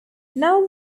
now